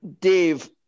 Dave